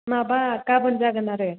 माबा गाबोन जागोन आरो